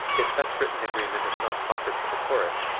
if such written agreement is not offered to the chorus,